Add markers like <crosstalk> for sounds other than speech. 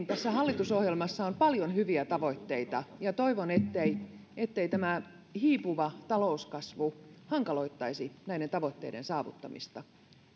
<unintelligible> tässä hallitusohjelmassa on paljon hyviä tavoitteita ja toivon ettei tämä hiipuva talouskasvu hankaloittaisi näiden tavoitteiden saavuttamista